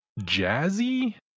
jazzy